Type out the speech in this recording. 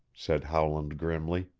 said howland grimly.